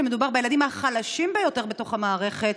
כשמדובר בילדים החלשים ביותר בתוך המערכת,